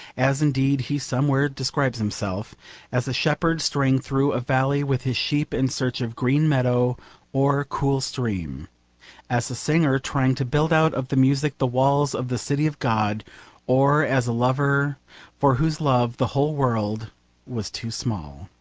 as indeed he somewhere describes himself as a shepherd straying through a valley with his sheep in search of green meadow or cool stream as a singer trying to build out of the music the walls of the city of god or as a lover for whose love the whole world was too small.